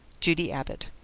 judy abbott